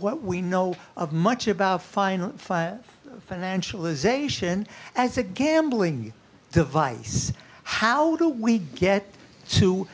what we know of much about final file financialization as a gambling device how do we get to